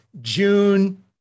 June